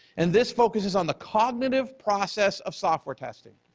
and this focuses on the cognitive process of software testing.